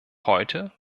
heute